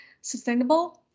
sustainable